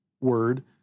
word